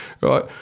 Right